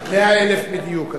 100,000 בדיוק.